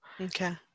okay